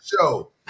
show